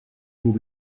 will